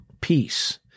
peace